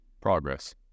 progress